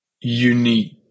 unique